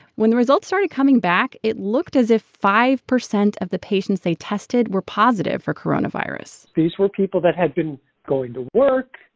when the results started coming back, it looked as if five percent of the patients they tested were positive for coronavirus these were people that had been going to work,